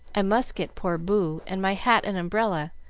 i must get poor boo, and my hat and umbrella,